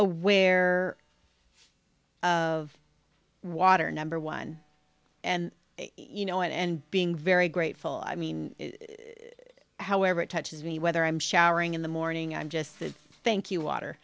aware of water number one and you know and being very grateful i mean however it touches me whether i'm showering in the morning i'm just the thank you water